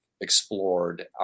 explored